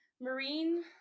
marine